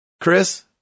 Chris